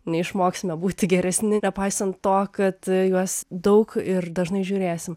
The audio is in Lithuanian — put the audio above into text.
neišmoksime būti geresni nepaisant to kad juos daug ir dažnai žiūrėsim